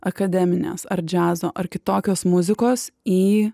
akademinės ar džiazo ar kitokios muzikos į